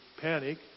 panic